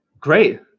Great